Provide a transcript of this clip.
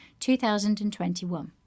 2021